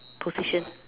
position